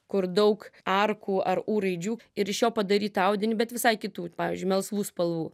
kur daug arkų ar u raidžių ir iš jo padaryt tą audinį bet visai kitų pavyzdžiui melsvų spalvų